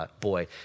boy